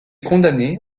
condamné